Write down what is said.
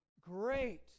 great